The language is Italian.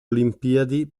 olimpiadi